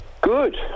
Good